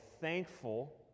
thankful